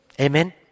Amen